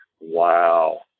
Wow